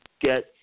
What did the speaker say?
get